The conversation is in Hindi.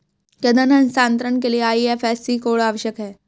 क्या धन हस्तांतरण के लिए आई.एफ.एस.सी कोड आवश्यक है?